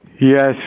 Yes